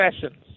Sessions